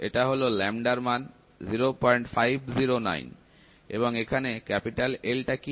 এটা হল যার মান 0509 এবং এখানে L টা কি